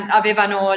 avevano